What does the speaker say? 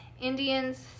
Indians